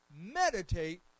Meditate